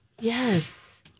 Yes